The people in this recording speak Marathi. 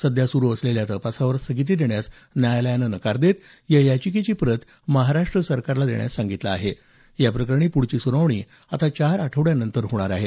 सध्या सुरू असलेल्या तपासावर स्थगिती देण्यास न्यायालयाने नकार देत या याचिकेची प्रत महाराष्ट्र सरकारला देण्यास सांगितलं आहे या प्रकरणी पुढची सुनावणी आता चार आठवड्यांनंतर होणार आहे